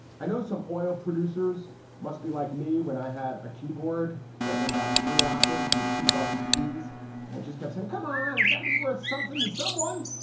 i know some oil producers must be like me when i had a keyboard that went about three octaves with two busted keys and i just kept saying, come on, it's gotta be worth something to someone.